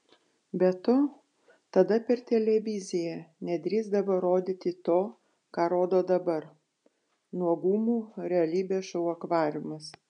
be to tada per televiziją nedrįsdavo rodyti to ką rodo dabar nuogumų realybės šou akvariumas